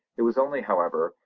it was only, however,